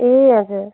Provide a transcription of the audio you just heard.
ए हजुर